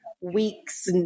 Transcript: weeks